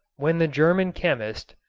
when the german chemist,